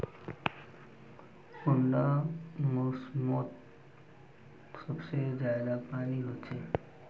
कुंडा मोसमोत सबसे ज्यादा पानी होचे?